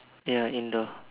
ya indoor